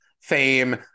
fame